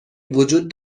وجود